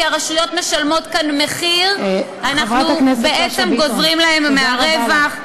כי הרשויות משלמות כאן מחיר: אנחנו בעצם גוזרים להן מהרווח,